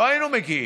לא היינו מגיעים.